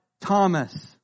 Thomas